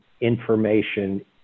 information